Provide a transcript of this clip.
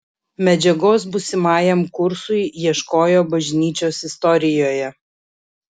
medžiagos būsimajam kursui ieškojo bažnyčios istorijoje